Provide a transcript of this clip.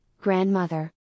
grandmother